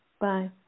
Bye